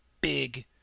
big